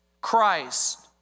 Christ